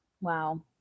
wow